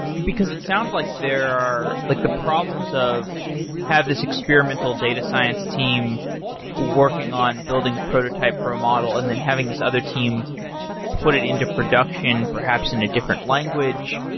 because it sounds like there are like the problems of have this experimental data science team working on building a prototype for a model and then having this other team put it into production, perhaps, in a different language.